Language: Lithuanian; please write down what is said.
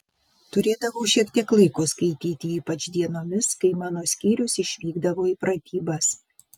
turėdavau šiek tiek laiko skaityti ypač dienomis kai mano skyrius išvykdavo į pratybas